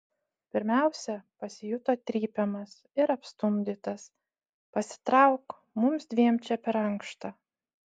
pirmiausia pasijuto trypiamas ir apstumdytas pasitrauk mums dviem čia per ankšta